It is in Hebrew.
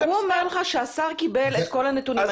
והוא אומר לך שהשר קיבל את כל הנתונים,